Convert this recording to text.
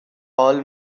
all